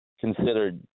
considered